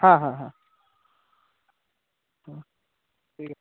হ্যাঁ হ্যাঁ হ্যাঁ হ্যাঁ ঠিক